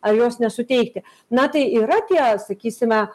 ar jos nesuteikti na tai yra tie sakysime